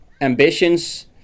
ambitions